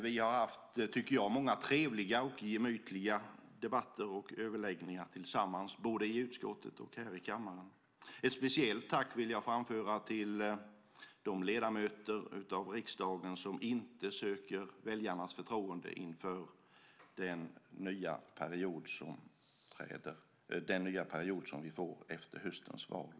Vi har haft, tycker jag, många trevliga och gemytliga debatter och överläggningar tillsammans både i utskottet och här i kammaren. Ett speciellt tack vill jag framföra till de ledamöter av riksdagen som inte söker väljarnas förtroende inför den nya period som vi får efter höstens val.